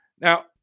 now